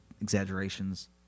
exaggerations